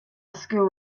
school